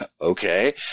Okay